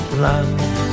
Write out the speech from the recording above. love